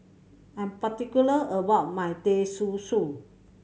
I'm particular about my Teh Susu